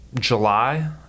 July